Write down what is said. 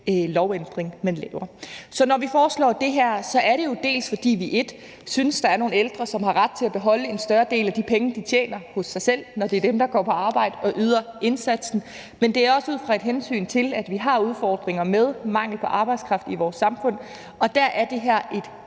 lovændring, man laver. Så når vi foreslår det her, er det dels, fordi vi synes, der er nogle ældre, som har ret til at beholde en større del af de penge, de tjener, hos sig selv, når det er dem, der går på arbejde og yder indsatsen, dels er det ud fra et hensyn til, at vi har udfordringer med mangel på arbejdskraft i vores samfund, og der er det her et